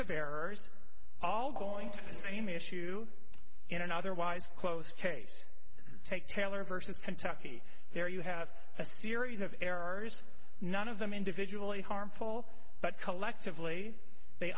of errors all going to the same issue in an otherwise close case take taylor versus kentucky there you have a series of errors none of them individually harmful but collectively they